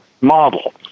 model